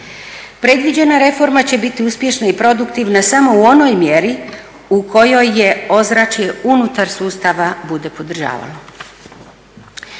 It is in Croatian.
Predviđena reforma će biti uspješna i produktivna samo u onoj mjeri u kojoj je ozračje unutar sustava bude podržavalo.